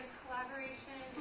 collaboration